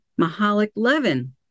Mahalik-Levin